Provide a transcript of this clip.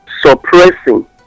suppressing